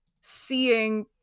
seeing